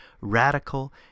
radical